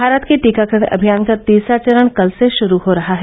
भारत के टीकाकरण अभियान का तीसरा चरण कल से श्रू हो रहा है